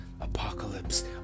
apocalypse